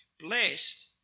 Blessed